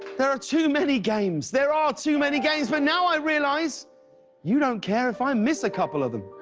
there are too many games, there are too many games but now i realize you don't care if i miss a couple of them,